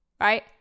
right